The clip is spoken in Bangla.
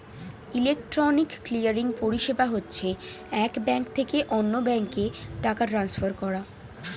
ইলেকট্রনিক ক্লিয়ারিং পরিষেবা হচ্ছে এক ব্যাঙ্ক থেকে অন্য ব্যাঙ্কে টাকা ট্রান্সফার করা